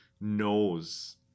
knows